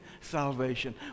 salvation